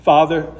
Father